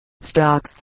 Stocks